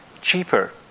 cheaper